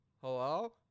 hello